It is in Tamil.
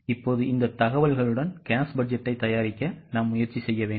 இப்போது இந்த தகவல்களுடன் cash பட்ஜெட்டை தயாரிக்க முயற்சி செய்யுங்கள்